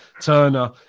Turner